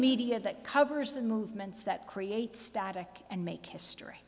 media that covers the movements that create static and make history